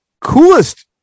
Coolest